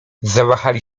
zawahali